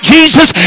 Jesus